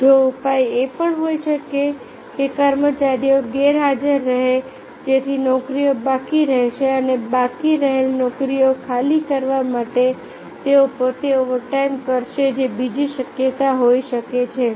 બીજો ઉપાય એ પણ હોઈ શકે કે કર્મચારીઓ ગેરહાજર રહે જેથી નોકરીઓ બાકી રહેશે અને બાકી રહેલી નોકરીઓ ખાલી કરવા માટે તેઓ પોતે ઓવરટાઇમ કરશે જે બીજી શક્યતા હોઈ શકે છે